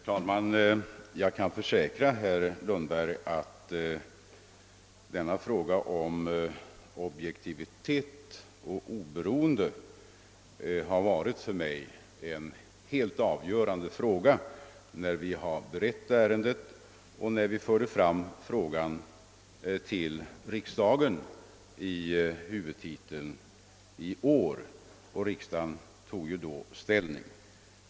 Herr talman! Jag kan försäkra herr Lundberg att frågan om objektivitet och oberoende för mig varit helt avgörande när vi beredde ärendet och när vi förde fram frågan i årets huvudtitel och riksdagen då tog ställning.